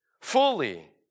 fully